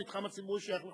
המתחם הציבורי שייך לכולם.